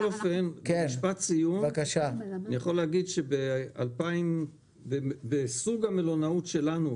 אני יכול להגיד שבסוג המלונאות שלנו,